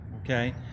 okay